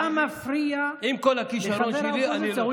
אתה מפריע לחבר האופוזיציה.